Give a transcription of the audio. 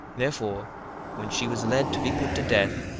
therefore when she was led to be put to death,